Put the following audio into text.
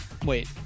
Wait